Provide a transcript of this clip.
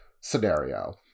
scenario